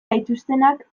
gaituztenak